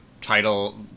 title